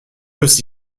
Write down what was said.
aussi